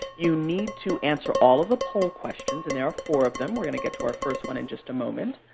you need to answer all of the poll questions, and there are four of them we're going to get to our first one in just a moment.